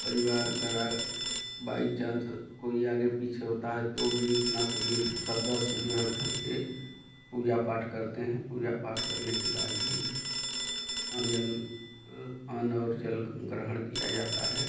परिवार अगर by chance कोई आगे पीछे होता है तो भी अपना सभी सदस्य जो है घर के पूजा पाठ करते हैं पूजा पाठ करने के बाद ही अन जन अन्नऔर जल ग्रहण किया जाता है